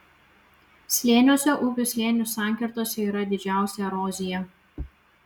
slėniuose upių slėnių sankirtose yra didžiausia erozija